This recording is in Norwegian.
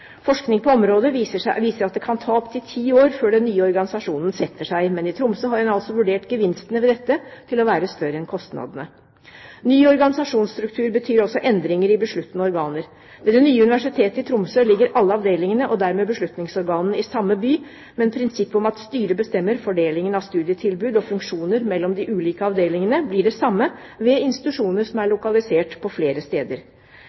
Forskning på området viser at det kan ta opptil ti år før den nye organisasjonen setter seg, men i Tromsø har man altså vurdert gevinstene ved dette til å være større enn kostnadene. Ny organisasjonsstruktur betyr også endringer i besluttende organer. Ved det nye Universitetet i Tromsø ligger alle avdelingene, og dermed beslutningsorganene, i samme by, men prinsippet om at styret bestemmer fordelingen av studietilbud og funksjoner mellom de ulike avdelingene, blir det samme ved institusjoner som er lokalisert på flere steder.